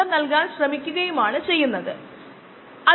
എന്താണ് വേണ്ടത്